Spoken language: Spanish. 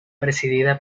presidida